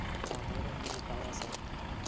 वातावरण म्हणजे काय आसा?